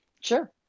Sure